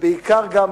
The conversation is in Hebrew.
ובעיקר גם